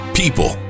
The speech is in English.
people